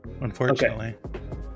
unfortunately